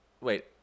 Wait